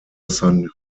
san